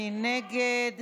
מי נגד?